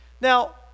Now